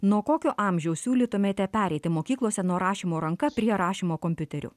nuo kokio amžiaus siūlytumėte pereiti mokyklose nuo rašymo ranka prie rašymo kompiuteriu